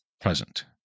present